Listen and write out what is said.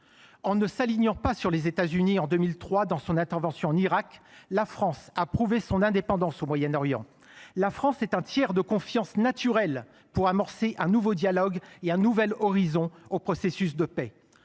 En ne s’alignant pas sur les États Unis, en 2003, lors de leur intervention en Irak, la France a prouvé son indépendance au Moyen Orient. La France est un tiers de confiance naturel pour amorcer un nouveau dialogue et pour donner un nouvel horizon au processus de paix.